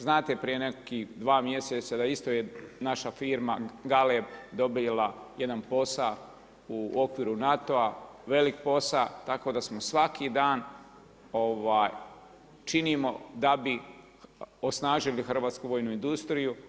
Znate prije nekih dva mjeseca da je isto naša firma Galeb dobila jedan posao u okviru NATO-a, velik posao tako da svaki dan činimo da bi osnažili hrvatsku vojni industriju.